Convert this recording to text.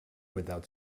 without